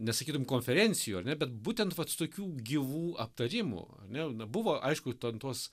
nesakytum konferencijų ar ne bet būtent vat tokių gyvų aptarimų ane na buvo aišku ten tos